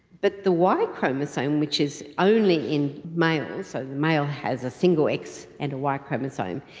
but the y chromosome which is only in males, so the male has a single x and a y chromosome,